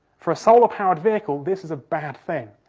for a solar powered vehicle, this is a bad thing.